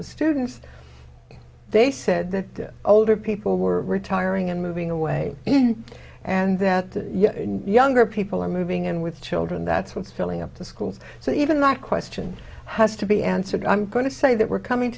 the students they said that older people were retiring and moving away and that younger people are moving in with children that's what's filling up the schools so even that question has to be answered i'm going to say that we're coming